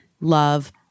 love